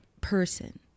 person